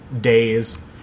days